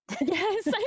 Yes